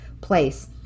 place